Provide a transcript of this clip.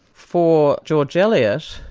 for george eliot,